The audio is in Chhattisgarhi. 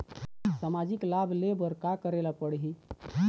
सामाजिक लाभ ले बर का करे ला पड़ही?